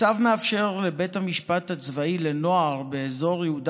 הצו מאפשר לבית המשפט הצבאי לנוער באזור יהודה